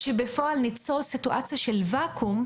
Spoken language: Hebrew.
ושבפועל ניצור סיטואציה של ואקום,